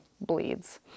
bleeds